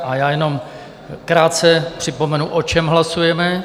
A já jenom krátce připomenu, o čem hlasujeme.